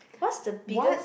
what's the biggest